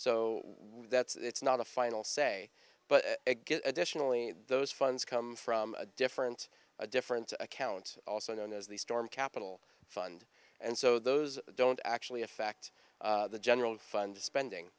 so that's it's not a final say but a good additionally those funds come from a different a different account also known as the storm capital fund and so those don't actually affect the general fund spending